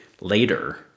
later